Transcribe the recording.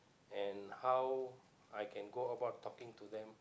and how I can go about talking to them